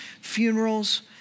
funerals